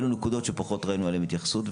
אלו נקודות שפחות ראינו אליהן התייחסות,